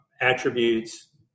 attributes